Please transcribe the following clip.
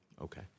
Okay